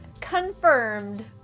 confirmed